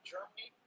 Germany